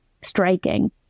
striking